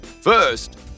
First